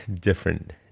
different